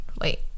Wait